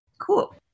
Cool